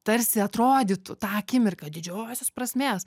tarsi atrodytų tą akimirką didžiosios prasmės